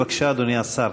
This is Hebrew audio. בבקשה, אדוני השר.